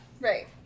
Right